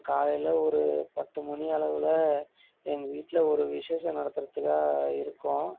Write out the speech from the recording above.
காலையில் ஒரு பத்து மணி அளவில் எங்கள் வீட்டில் ஒரு விஷேஷம் நடத்துறத்துக்கா இருக்கோம்